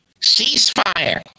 ceasefire